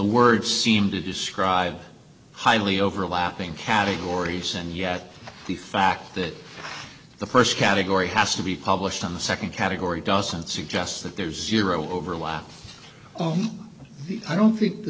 the words seem to describe highly overlapping categories and yet the fact that the first category has to be published in the second category doesn't suggest that there's zero overlap the i don't think